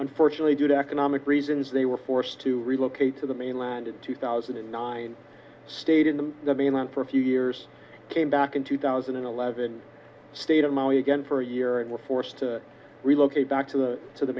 unfortunately due to economic reasons they were forced to relocate to the mainland in two thousand and nine stayed in the mainland for a few years came back in two thousand and eleven state of mali again for a year and were forced to relocate back to to the